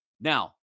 Now